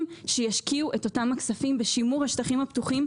שישקיעו את אותם כספים בשימור השטחים הפתוחים,